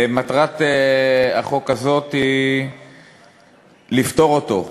מטרת החוק הזה היא לפטור אותו,